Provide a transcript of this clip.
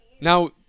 Now